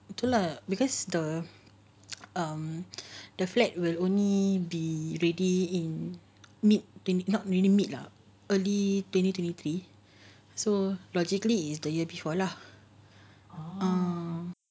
two lah because the um the flat will only be ready in middle twenty not really middle lah early twenty twenty three so logically is the year before lah ah